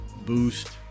boost